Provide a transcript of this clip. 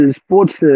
sports